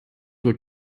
were